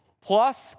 plus